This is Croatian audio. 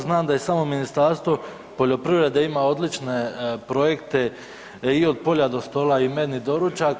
Znam da i samo Ministarstvo poljoprivrede ima odlične projekte i „Od polja do stola“ i „Meni doručak“